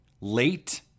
late